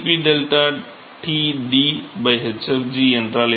Cp𝞓Td hfg என்றால் என்ன